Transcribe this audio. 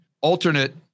alternate